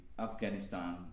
Afghanistan